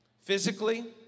Physically